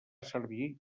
servir